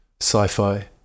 sci-fi